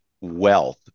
wealth